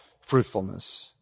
fruitfulness